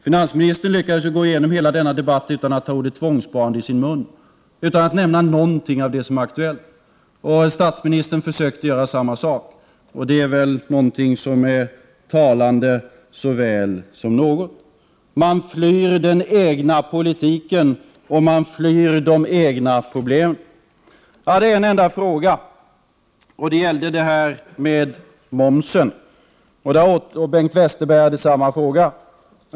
Finansministern lyckades gå igenom hela denna debatt utan att ta ordet tvångssparande i sin mun, utan att nämna någonting av det som är aktuellt. Statsministern försökte göra samma sak, och det är ju talande så väl som något. Man flyr den egna politiken och de egna problemen. Jag hade en enda fråga, och den gällde momsen. Bengt Westerberg hade samma fråga.